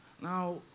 Now